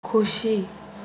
खोशी